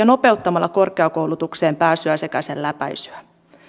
nopeuttamalla korkeakoulutukseen pääsyä sekä sen läpäisyä